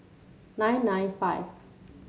nine nine five